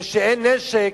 כשאין נשק,